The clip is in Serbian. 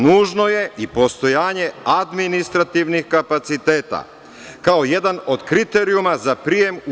Nužno je postojanje i administrativnih kapaciteta, kao jedan od kriterijuma za prijem u EU.